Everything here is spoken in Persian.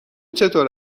چطور